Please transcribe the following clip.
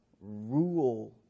rule